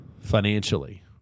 financially